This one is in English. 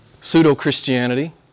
pseudo-Christianity